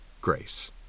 grace